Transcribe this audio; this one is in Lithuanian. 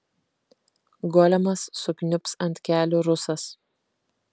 golemas sukniubs ant kelių rusas